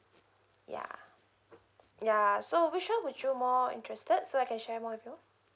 ya ya so which one would you more interested so I can share more with you